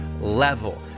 level